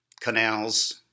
canals